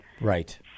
Right